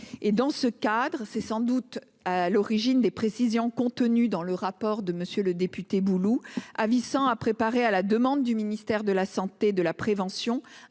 par an- ces éléments sont sans doute à l'origine des précisions contenues dans le rapport de M. le député Bouloux. Dans ce cadre et à la demande du ministère de la santé et de la prévention,